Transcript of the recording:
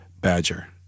Badger